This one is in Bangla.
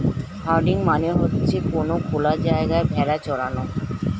হার্ডিং মানে হয়ে কোনো খোলা জায়গায় ভেড়া চরানো